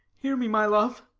hear me, my love.